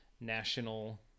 National